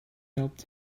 helped